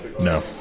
no